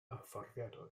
fforddiadwy